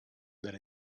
that